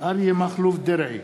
אריה מכלוף דרעי,